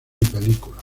películas